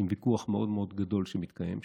עם ויכוח מאוד מאוד גדול שמתקיים שם,